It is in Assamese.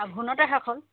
আঘােণতে শেষ হ'ল